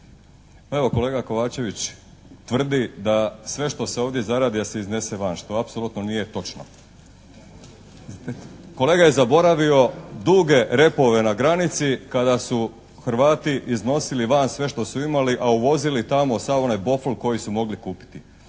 evo kolega KOvačević tvrdi da sve što se ovdje zaradi da se iznese van što apsolutno nije točno. Kolega je zaboravio duge repove na granici kada su Hrvati iznosili van sve što su imali, a uvozili tamo sav onaj bofl koji su mogli kupiti.